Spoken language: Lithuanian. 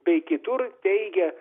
bei kitur teigia